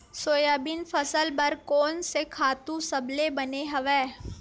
Soybean फसल बर कोन से खातु सबले बने हवय?